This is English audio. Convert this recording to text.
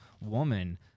woman